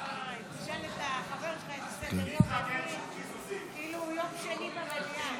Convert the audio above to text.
סעיף 11, כהצעת הוועדה,